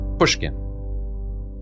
Pushkin